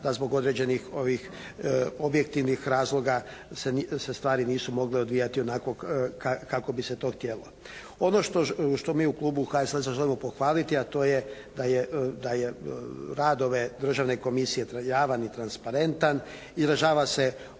da zbog određenih ovih objektivnih razloga se stvari nisu mogle odvijati onako kako bi se to htjelo. Ono što mi u klubu HSLS-a želimo pohvaliti, a to je da je rad ove državne komisije javan i transparentan, izražava se upravo